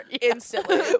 instantly